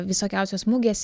visokiausios mugės